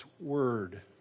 word